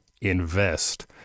invest